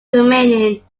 remaining